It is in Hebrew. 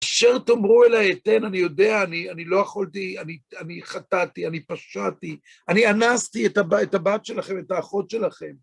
אשר תאמרו אליי, אתן, אני יודע, אני לא יכולתי, אני חטאתי, אני פשעתי, אני אנסתי את הבת שלכם, את האחות שלכם.